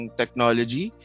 technology